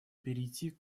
перейти